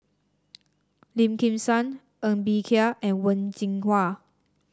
Lim Kim San Ng Bee Kia and Wen Jinhua